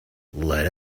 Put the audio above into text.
let